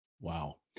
Wow